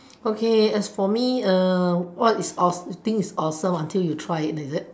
okay as for me err what is awe~ think is awesome until you try it is it